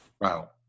wow